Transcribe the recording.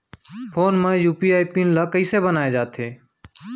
Phone म UPI PIN ल कइसे बनाये जाथे?